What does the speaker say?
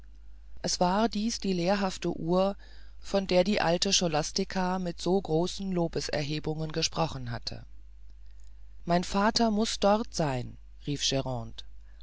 es war dies die lehrhafte uhr von der die alte scholastica mit so großen lobeserhebungen gesprochen hatte mein vater muß dort sein rief